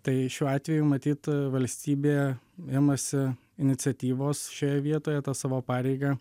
tai šiuo atveju matyt valstybė imasi iniciatyvos šioje vietoje tą savo pareigą